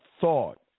thought